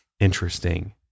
Interesting